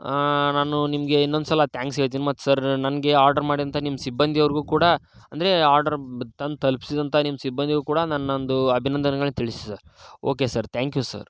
ನಾನು ನಿಮಗೆ ಇನ್ನೊಂದು ಸಲ ಥ್ಯಾಂಕ್ಸ್ ಹೇಳ್ತೀನಿ ಮತ್ತು ಸರ್ ನನಗೆ ಆರ್ಡರ್ ಮಾಡಿದಂಥ ನಿಮ್ಮ ಸಿಬ್ಬಂದಿ ಅವ್ರಿಗೂ ಕೂಡ ಅಂದರೆ ಆರ್ಡರ್ ತಂದು ತಲುಪ್ಸಿದಂಥ ನಿಮ್ಮ ಸಿಬ್ಬಂದಿಗೂ ಕೂಡ ನನ್ನೊಂದು ಅಭಿನಂದನೆಗಳು ತಿಳಿಸಿ sir okay sir thank you sir